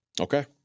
Okay